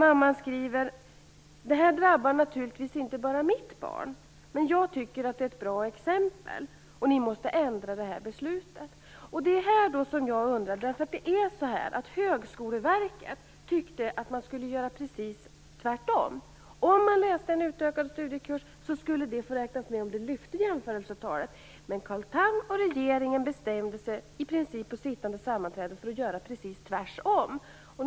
Mamman skriver: Det här drabbar naturligtvis inte bara mitt barn, men jag tycker att det är ett bra exempel, och ni måste ändra det här beslutet. Högskoleverket tyckte att man skulle göra precis tvärtom. Om man läser en utökad studiekurs, skulle det få räknas med om det lyfte jämförelsetalet, men Carl Tham och regeringen bestämde sig i princip vid sittande sammanträde för att göra precis tvärtom.